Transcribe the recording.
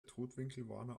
totwinkelwarner